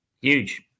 huge